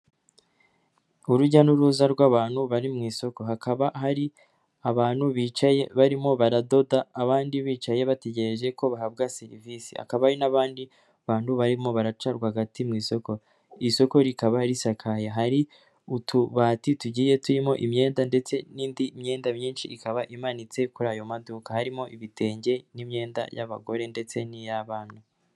Urujya n'uruza rw'abantu bari mu isoko. Hakaba hari abantu bicaye barimo baradoda abandi bicaye bategereje ko bahabwa serivisi. Hakaba n'abandi bantu barimo baraca rwagati mu isoko. Isoko rikaba risakaye. Hari utubati tugiye turimo imyenda ndetse n'indi myenda myinshi ikaba imanitse kuri ayo maduka. Harimo ibitenge, n'imyenda y'abagore, ndetse n'iy'abana.